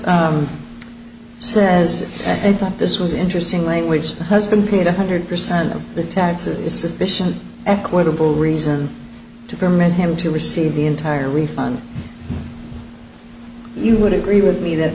court says i thought this was interesting language has been paid a hundred percent of the taxes is sufficient equitable reason to permit him to receive the entire refund you would agree with me that